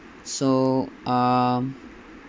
so um